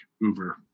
Uber